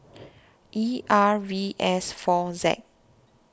E R V S four Z